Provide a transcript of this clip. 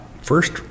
First